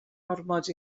ormod